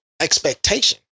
expectation